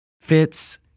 Fitz